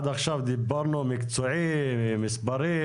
עד עכשיו דיברנו מקצועי, מספרים,